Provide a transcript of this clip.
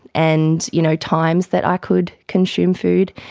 and you know times that i could consume food.